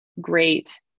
great